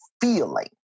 feeling